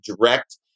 direct